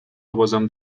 وبازم